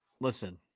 Listen